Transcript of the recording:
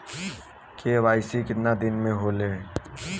KYC कितना दिन में होले?